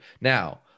Now